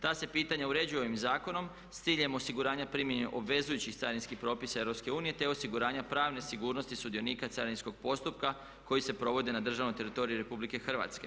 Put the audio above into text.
Ta se pitanja uređuju ovim zakonom s ciljem osiguranja primjene obvezujućih carinskih propisa EU te osiguranja pravne sigurnosti sudionika carinskog postupka koji se provodi na državnom teritoriju RH.